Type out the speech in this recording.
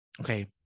Okay